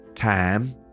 Time